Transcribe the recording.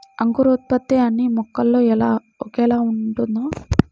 అంకురోత్పత్తి అన్నీ మొక్కల్లో ఒకేలా ఉంటుందా?